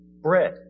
bread